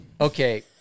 Okay